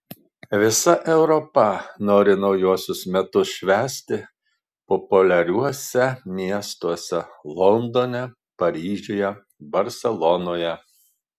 visa europa nori naujuosius metus švęsti populiariuose miestuose londone paryžiuje barselonoje